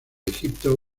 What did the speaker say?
egipto